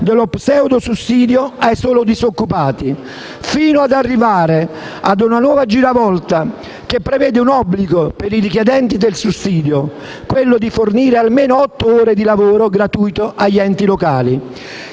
dello pseudo sussidio ai soli disoccupati, fino ad arrivare a una nuova giravolta che prevede l'obbligo, per i richiedenti il sussidio, di fornire almeno otto ore di lavoro gratuito agli enti locali.